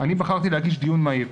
בחרתי להגיש דיון מהיר.